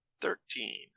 Thirteen